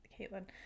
Caitlin